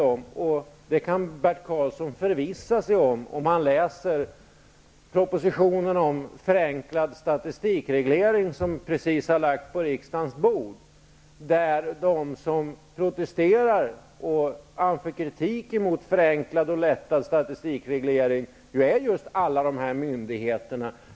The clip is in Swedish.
Om Bert Karlsson läser propositionen om förenklad statistikreglering som precis har lagts på riksdagens bord, finner han att de som protesterar och anför kritik mot förenklad statistikreglering är alla de här myndigheterna.